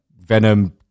Venom